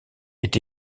est